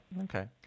Okay